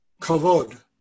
kavod